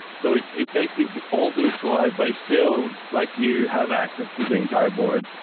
so it's it's basically all virtualized by fills, like you have access to the entire board.